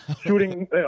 shooting